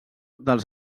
dels